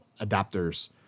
adapters